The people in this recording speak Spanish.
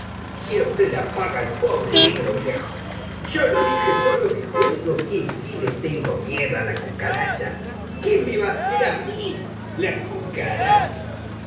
siempre la paga el pobre negro viejo yo lo dije sólo de juego que le tengo miedo a la cucaracha qué me v'aser a mí la cucaracha